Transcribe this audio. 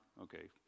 Okay